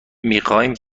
میخواییم